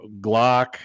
glock